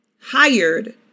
hired